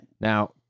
Now